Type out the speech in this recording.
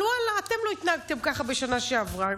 אבל ואללה, אתם לא התנהגתם ככה בשנה שעברה.